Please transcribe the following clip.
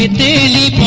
ah daily